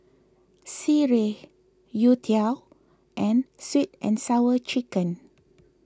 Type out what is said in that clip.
Sireh Youtiao and Sweet and Sour Chicken